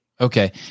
Okay